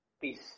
Peace